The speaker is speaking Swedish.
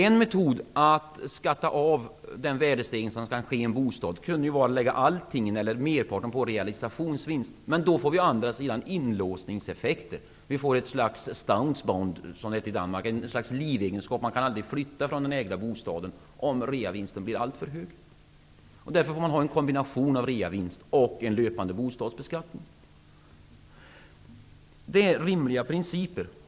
En metod att skatta av den värdestegring som kan ske i en bostad kan vara att lägga merparten på realisationsvinst, men då får vi å andra sidan inlåsningseffekter. Vi får ett slags livegenskap och man kan aldrig flytta från den egna bostaden om reavinsten blir alltför hög. Därför får man ha en kombination av reavinst och en löpande bostadsbeskattning. Det är rimliga principer.